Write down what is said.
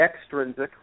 extrinsic